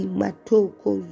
matoko